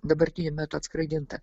dabartiniu metu atskraidinta